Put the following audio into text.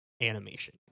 animation